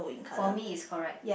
for me is correct